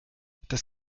das